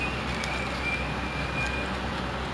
from morning till night but like